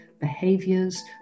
behaviors